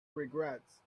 regrets